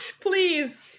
please